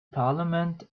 parliament